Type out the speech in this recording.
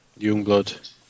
Youngblood